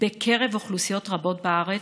בקרב אוכלוסיות רבות בארץ,